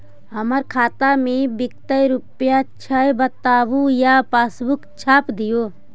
हमर खाता में विकतै रूपया छै बताबू या पासबुक छाप दियो?